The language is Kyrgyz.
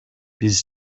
биз